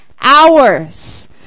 hours